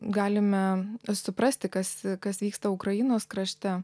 galime suprasti kas kas vyksta ukrainos krašte